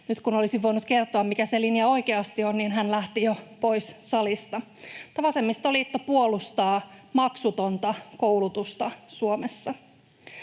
nyt, kun olisin voinut kertoa, mikä se linja oikeasti on, hän lähti jo pois salista. Vasemmistoliitto puolustaa maksutonta koulutusta Suomessa.